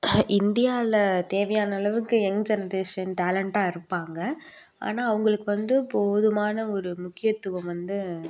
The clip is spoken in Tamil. இந்தியாவில் தேவையான அளவுக்கு எங் ஜென்ரேஷன் டேலண்ட்டாக இருப்பாங்க ஆனால் அவங்களுக்கு வந்து போதுமான ஒரு முக்கியத்துவம் வந்து